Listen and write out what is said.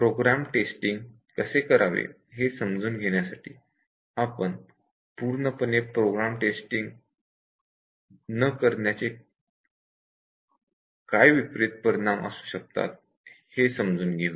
programme testing कसे करावे हे समजून घेण्यापूर्वी आपण पूर्णपणे प्रोग्राम टेस्टिंग न करण्याचे काय विपरीत परिणाम असू शकतात हे समजून घेऊया